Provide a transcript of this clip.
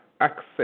access